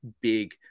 big